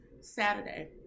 Saturday